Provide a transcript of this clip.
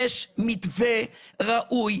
יש מתווה ראוי,